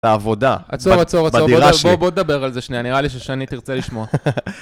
את העבודה, בדירה שלי. עצור, עצור, עצור, בואו נדבר על זה שנייה, נראה לי ששני תרצה לשמוע.